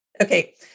Okay